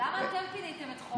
למה אתם פיניתם את חומש?